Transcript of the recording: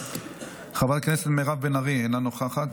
חברת הכנסת נעמה לזימי, אינה נוכחת,